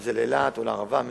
אם לאילת ואם לערבה,